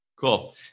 Cool